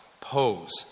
pose